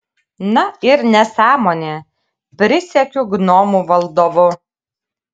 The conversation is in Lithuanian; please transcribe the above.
na ir nesąmonė prisiekiu gnomų valdovu